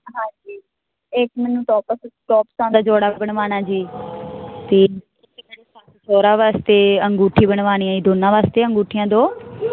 ਹਾਂਜੀ ਇੱਕ ਮੈਨੂੰ ਟੌਪਸ ਟੌਪਸਾਂ ਦਾ ਜੋੜਾਂ ਬਨਵਾਣਾ ਜੀ ਤੇ ਸੋਹਰਾ ਵਾਸਤੇ ਅੰਗੂਠੀ ਬਨਵਾਨੀ ਐ ਦੋਨਾਂ ਵਾਸਤੇ ਅੰਗੂਠੀਆਂ ਦੋ